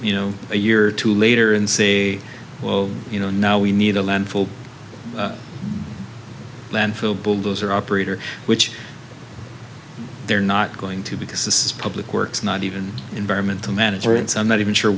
you know a year or two later and say well you know now we need a landfill landfill bulldozer operator which they're not going to because this is public works not even environmental manager it's i'm not even sure